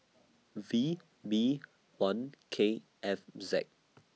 V B one K F Z